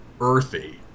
earthy